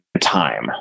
time